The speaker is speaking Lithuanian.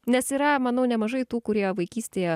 nes yra manau nemažai tų kurie vaikystėje